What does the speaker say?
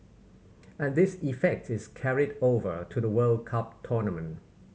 and this effect is carried over to the World Cup tournament